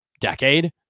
decade